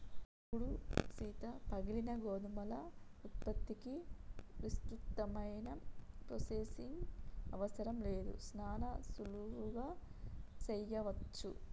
సూడు సీత పగిలిన గోధుమల ఉత్పత్తికి విస్తృతమైన ప్రొసెసింగ్ అవసరం లేదు సానా సులువుగా సెయ్యవచ్చు